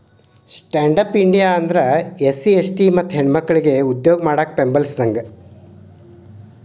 stand up India ಅಂದ್ರ SC ST ಮತ್ತ ಹೆಣ್ಮಕ್ಕಳಿಗೆ ಉದ್ಯೋಗ ಮಾಡಾಕ ಬೆಂಬಲಿಸಿದಂಗ